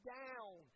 down